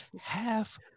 half